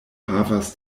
havas